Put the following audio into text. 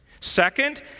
Second